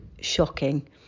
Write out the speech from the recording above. shocking